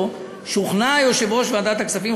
"שוכנע יושב-ראש ועדת הכספים,